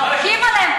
יורקים עליהם,